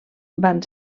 van